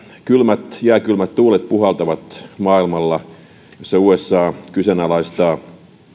kylmät jääkylmät tuulet puhaltavat maailmalla ja jossa usa kyseenalaistaa